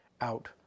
out